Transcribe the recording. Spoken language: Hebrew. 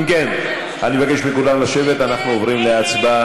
אם כן, אני מבקש מכולם לשבת, אנחנו עוברים להצבעה.